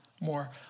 More